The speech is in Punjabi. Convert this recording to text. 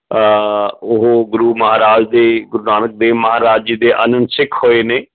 ਉਹ ਗੁਰੂ ਮਹਾਰਾਜ ਦੇ ਗੁਰੂ ਨਾਨਕ ਦੇਵ ਮਹਾਰਾਜ ਜੀ ਦੇ ਅਨਸਿੱਖ ਹੋਏ ਨੇ